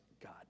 God